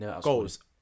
goals